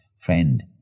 friend